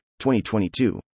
2022